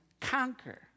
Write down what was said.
conquer